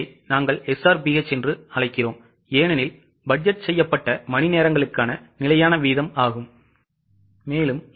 இதை நாங்கள் SRBH என்று அழைக்கிறோம் ஏனெனில் பட்ஜெட் செய்யப்பட்ட மணிநேரங்களுக்கான நிலையான வீதம் ஆகும்